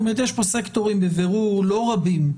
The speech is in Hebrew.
זאת אומרת יש פה סקטורים, בבירור לא רבים,